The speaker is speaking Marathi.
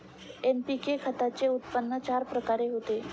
एन.पी.के खताचे उत्पन्न चार प्रकारे होते